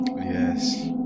yes